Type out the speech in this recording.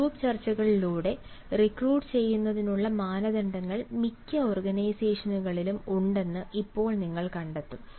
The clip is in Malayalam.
ഗ്രൂപ്പ് ചർച്ചകളിലൂടെ റിക്രൂട്ട് ചെയ്യുന്നതിനുള്ള മാനദണ്ഡങ്ങൾ മിക്ക ഓർഗനൈസേഷനുകളിലും ഉണ്ടെന്ന് ഇപ്പോൾ നിങ്ങൾ കണ്ടെത്തും